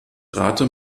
rate